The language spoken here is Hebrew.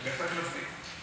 זה בהחלט מצדיק, בהחלט מצדיק.